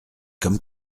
comme